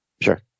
Sure